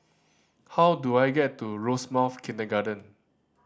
how do I get to Rosemount Kindergarten